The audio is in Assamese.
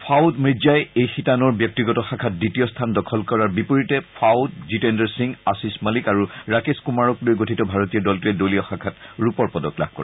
ফাউদ মিৰ্জাই এই শিতানৰ ব্যক্তিগত শাখাত দ্বিতীয় স্থান দখল কৰাৰ বিপৰীতে ফাউদ জিতেন্দৰ সিং আশীষ মালিক আৰু ৰাকেশ কুমাৰক লৈ গঠিত ভাৰতীয় দলটোৱে দলীয় শাখাত ৰূপৰ পদক অৰ্জন কৰে